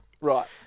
Right